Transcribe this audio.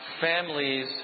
families